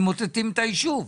ממוטטים את היישוב.